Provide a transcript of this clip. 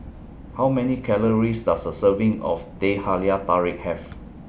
How Many Calories Does A Serving of Teh Halia Tarik Have